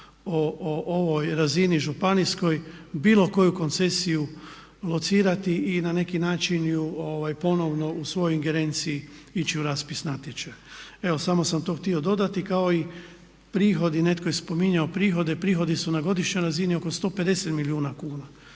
o ovoj razini županijskoj bilo koju koncesiju locirati i na neki način ju ponovno u svojoj ingerenciji ići u raspis natječaja. Evo samo sam to htio dodati kao i prihodi, netko je spominjao prihode, prihodi su na godišnjoj razini oko 150 milijuna kuna.